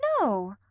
no